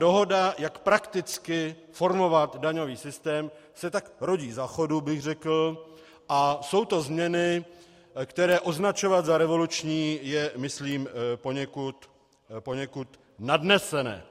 Dohoda, jak prakticky formovat daňový systém, se tak rodí za chodu, bych řekl, a jsou to změny, které označovat za revoluční je, myslím, poněkud nadnesené.